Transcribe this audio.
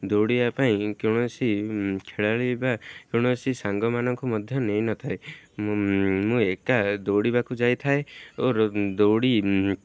ଦୌଡ଼ିବା ପାଇଁ କୌଣସି ଖେଳାଳି ବା କୌଣସି ସାଙ୍ଗମାନଙ୍କୁ ମଧ୍ୟ ନେଇନଥାଏ ମୁଁ ଏକା ଦୌଡ଼ିବାକୁ ଯାଇଥାଏ ଓର ଦୌଡ଼ି